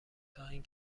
تااین